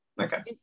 Okay